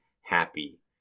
happy